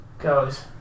goes